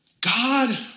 God